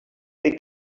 they